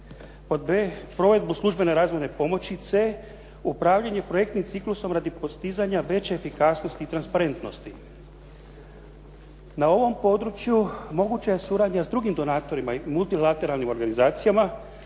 Pod b, provedbu službene razmjerne pomoći. C, upravljanje projektnim ciklusom radi postizanja veće efikasnosti i transparentnosti. Na ovom području moguća je suradnja s drugim donatorima i multilateralnim organizacijama,